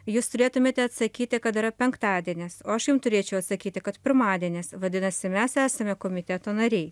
jūs turėtumėte atsakyti kad yra penktadienis o aš jum turėčiau atsakyti kad pirmadienis vadinasi mes esame komiteto nariai